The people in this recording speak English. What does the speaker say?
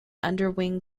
underwing